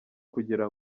kugira